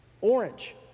Orange